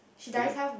the guy